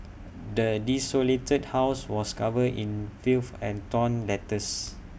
the desolated house was covered in filth and torn letters